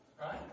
right